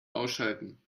ausschalten